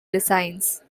designs